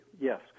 yes